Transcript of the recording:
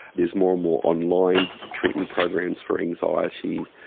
there's more and more online treatment programs for anxiety,